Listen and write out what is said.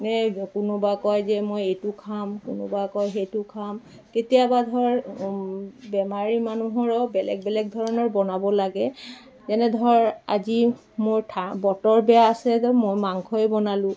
নে কোনোবা কয় যে মই এইটো খাম কোনোবা কয় সেইটো খাম কেতিয়াবা ধৰ বেমাৰী মানুহৰো বেলেগ বেলেগ ধৰণৰ বনাব লাগে যেনে ধৰ আজি মোৰ থা বতৰ বেয়া আছে যে মই মাংসই বনালোঁ